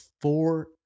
four